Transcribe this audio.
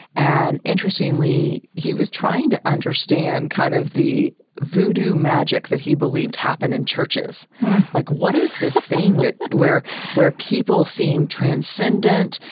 and interestingly, he was trying to understand kind of the voodoo magic that he believed happened in churches like what is this thing where where people seem transcendent?